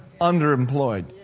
Underemployed